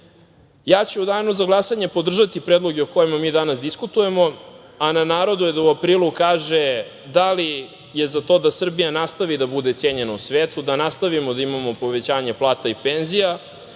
danu za glasanje podržaću predloge o kojima mi danas diskutujemo, a na narodu je da u aprilu kaže da li je za to da Srbija nastavi da bude cenjena u svetu, da nastavimo da imamo povećanje plata i penzija